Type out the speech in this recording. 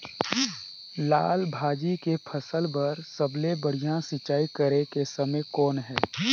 लाल भाजी के फसल बर सबले बढ़िया सिंचाई करे के समय कौन हे?